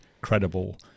credible